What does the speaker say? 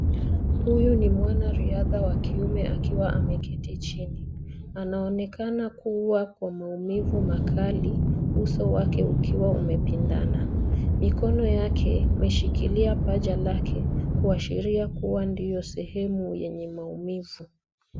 Huyu ni mwanariadha wa kiume akiwa ameketi chini. Anaonekana kuwa Kwa maumivu makali uso wake ukiwa umepindana. Mikono yake imeshikilia paja lake kuashiria kuwa ndio sehemu yenye maumivu.